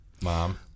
mom